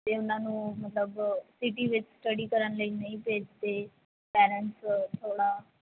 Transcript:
ਅਤੇ ਉਹਨਾਂ ਨੂੰ ਮਤਲਬ ਸਿਟੀ ਵਿੱਚ ਸਟਡੀ ਕਰਨ ਲਈ ਨਹੀਂ ਭੇਜਦੇ ਪੈਰੈਂਟਸ ਥੋੜ੍ਹਾ